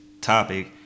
topic